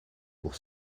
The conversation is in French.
pour